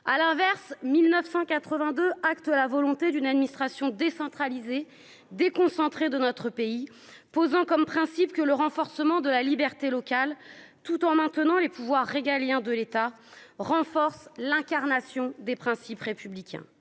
à l'inverse, 1982 acte de la volonté d'une administration décentralisée, déconcentrée de notre pays, posant comme principe que le renforcement de la liberté locale tout en maintenant les pouvoirs régaliens de l'État renforce l'incarnation des principes républicains,